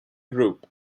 group